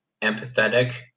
empathetic